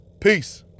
Peace